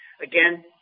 Again